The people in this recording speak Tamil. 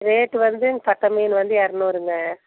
ரேட்டு வந்து சக்க மீன் இரநூறுங்க